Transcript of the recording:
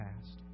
past